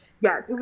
Yes